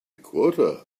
quarter